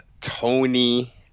Tony